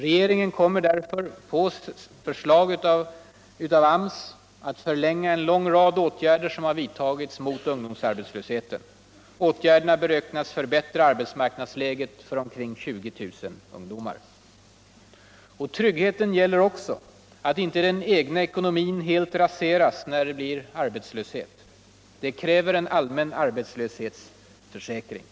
Regeringen kommer därför på förslag av AMS att förlänga en lång rad åtgärder som har vidtagits mot ungdomsarbetslösheten. Åtgärderna beräknas förbättra arbetsmarknadsläget för Onlkrlnå 20 000 ungdomar. Tryggheten gäller också aut inte den egna ekonomin helt raseras när det blir arbetslöshet. Det kräver en allmän arbetslöshetsförsäkring.